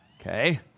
okay